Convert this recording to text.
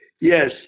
yes